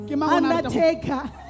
Undertaker